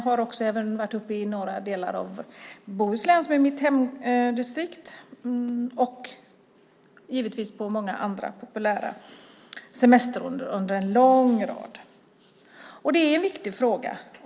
Det har även varit uppe i några delar av Bohuslän som är mitt hemdistrikt och givetvis på många andra populära semesterorter under en lång rad av år. Det är en viktig fråga.